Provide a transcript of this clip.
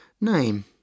Name